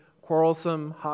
quarrelsome